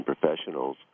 professionals